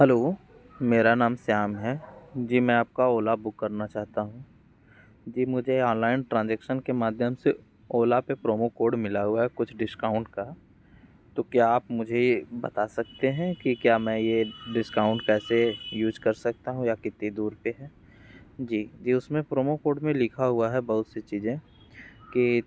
hello मेरा नाम श्याम है जी मैं आपका ओला बुक करना चाहता हूँ जी मुझे ऑनलाइन ट्रांजेक्शन के माध्यम से ओला पर प्रोमो कोड मिला हुआ है कुछ डिस्काउंट का तो क्या आप मुझे यह बता सकते हैं कि क्या मैं यह डिस्काउंट कैसे यूज़ कर सकता हूँ या कितनी दूर पर है जी जी उसमें प्रोमो कोड में लिखा हुआ है बहुत सी चीज़ें कि